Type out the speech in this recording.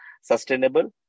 sustainable